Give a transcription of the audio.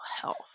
health